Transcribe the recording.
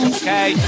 okay